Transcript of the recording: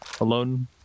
alone